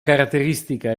caratteristica